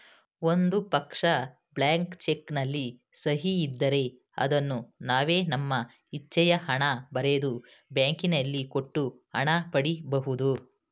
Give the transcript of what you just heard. ಒಂದು ಪಕ್ಷ, blank cheque ನಲ್ಲಿ ಸಹಿ ಇದ್ದರೆ ಅದನ್ನು ನಾವೇ ನಮ್ಮ ಇಚ್ಛೆಯ ಹಣ ಬರೆದು, ಬ್ಯಾಂಕಿನಲ್ಲಿ ಕೊಟ್ಟು ಹಣ ಪಡಿ ಬಹುದು